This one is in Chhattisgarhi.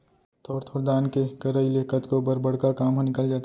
थोर थोर दान के करई ले कतको बर बड़का काम ह निकल जाथे